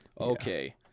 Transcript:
Okay